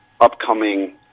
upcoming